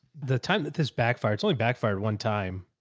the time that this backfire totally backfired one time,